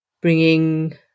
bringing